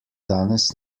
danes